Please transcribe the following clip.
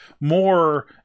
more